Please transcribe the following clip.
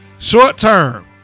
Short-term